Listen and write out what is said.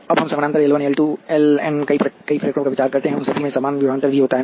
अब हम समानांतर एल 1 एल 2 एल एन में कई प्रेरकों पर विचार करते हैं और उन सभी में समान विभवांतर वी होता है